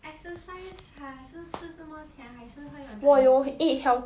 exercise 还是吃这什么甜还是会有 diabetes 的